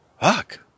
Fuck